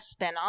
spinoff